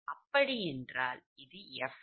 அப்படி என்றால் இது fʎ